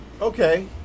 Okay